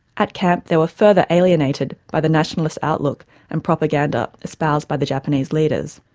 at camp, they were further alienated by the nationalist outlook and propaganda espoused by the japanese leaders.